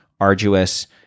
arduous